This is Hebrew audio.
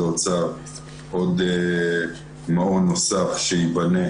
האוצר מעון נוסף שייבנה